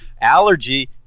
Allergy